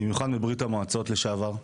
במיוחד מברית המועצות לשעבר,